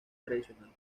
tradicional